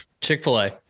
Chick-fil-A